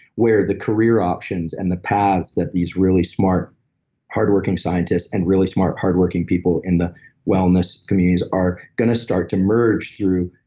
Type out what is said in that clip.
where the career options and the paths that these really smart hardworking scientists and really smart hardworking people in the wellness communities are going to start to merge through,